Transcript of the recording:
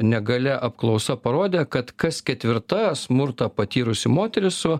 negalia apklausa parodė kad kas ketvirta smurtą patyrusi moteris su